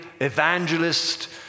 evangelist